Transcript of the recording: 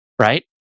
right